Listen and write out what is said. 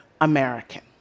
American